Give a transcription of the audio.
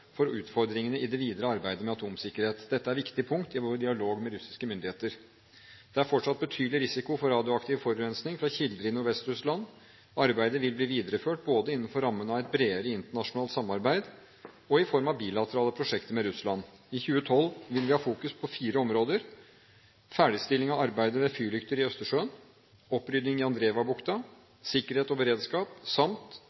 for utfordringene i det videre arbeidet med atomsikkerhet. Dette er et viktig punkt i vår dialog med russiske myndigheter. Det er fortsatt betydelig risiko for radioaktiv forurensning fra kilder i Nordvest-Russland. Arbeidet vil bli videreført både innenfor rammen av et bredere internasjonalt samarbeid og i form av bilaterale prosjekter med Russland. I 2012 vil vi ha fokus på fire områder: ferdigstilling av arbeidet med fyrlykter i Østersjøen opprydding i